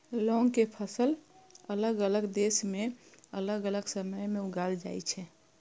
लौंग के फसल अलग अलग देश मे अलग अलग समय मे उगाएल जाइ छै